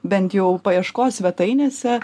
bent jau paieškos svetainėse